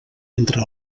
entre